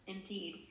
Indeed